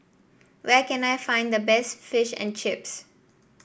where can I find the best Fish and Chips